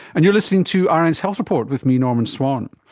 and you're listening to um rn's health report with me, norman swan.